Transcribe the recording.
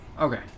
Okay